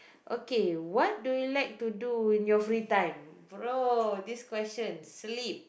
okay what do you like to do in your free time bro this question sleep